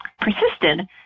persisted